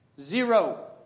zero